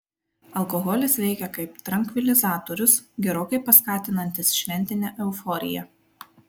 alkoholis veikia kaip trankvilizatorius gerokai paskatinantis šventinę euforiją